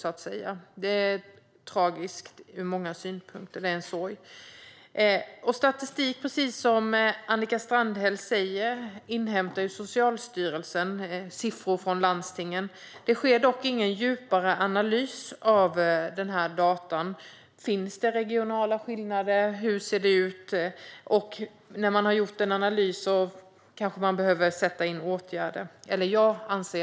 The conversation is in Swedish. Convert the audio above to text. När det gäller statistik inhämtar Socialstyrelsen siffror från landstingen, precis som Annika Strandhäll säger. Det sker dock ingen djupare analys av denna data. Finns det regionala skillnader? Hur ser det ut? Kanske behöver man sätta in åtgärder?